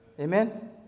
amen